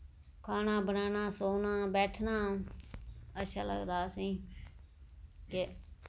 खाना बनाना सोना बैठना अच्छा लगदा असें ई ते